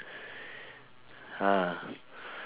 ah